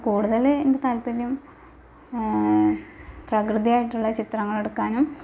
അപ്പം കൂടുതൽ എൻ്റെ താൽപര്യം പ്രകൃതിയായിട്ടുള്ള ചിത്രങ്ങളെടുക്കാനും